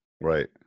Right